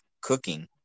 cooking